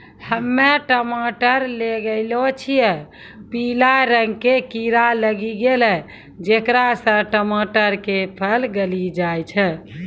हम्मे टमाटर लगैलो छियै पीला रंग के कीड़ा लागी गैलै जेकरा से टमाटर के फल गली जाय छै?